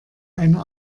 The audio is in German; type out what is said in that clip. eine